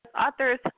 authors –